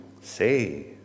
say